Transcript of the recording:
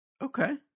Okay